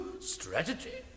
Strategy